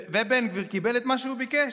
ובן גביר קיבל את מה שהוא ביקש.